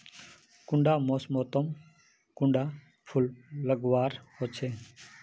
कुंडा मोसमोत कुंडा फुल लगवार होछै?